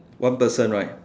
one person right